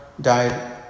died